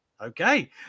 Okay